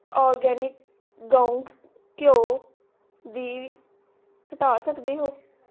organic ਗਊ ਘਿਓ ਦੀ ਹਟਾ ਸਕਦੇ ਹੋ